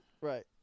Right